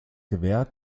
gewehr